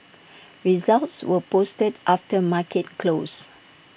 results were posted after market close